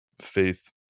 faith